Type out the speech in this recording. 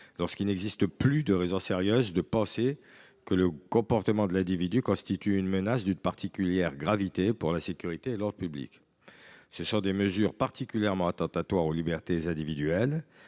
lorsqu’il n’existe plus de raisons sérieuses de penser que le comportement de l’individu constitue une menace d’une particulière gravité pour la sécurité et l’ordre publics. Ce sont des mesures particulièrement attentatoires aux libertés individuelles,